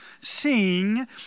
sing